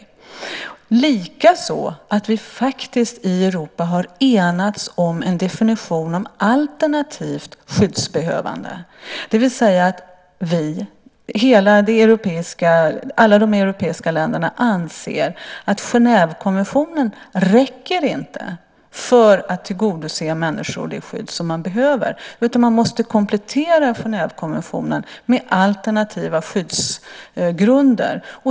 Det är det också att vi faktiskt i Europa har enats om en definition av alternativt skyddsbehövande, det vill säga att vi, alla de europeiska länderna, anser att Genèvekonventionen inte räcker för att ge människor det skydd de behöver. Man måste komplettera Genèvekonventionen med alternativa skyddsgrunder.